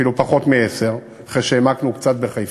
אפילו פחות מ-10,000, אחרי שהעמקנו קצת בחיפה,